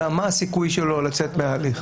אלא מה הסיכוי שלו לצאת מההליך.